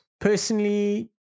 Personally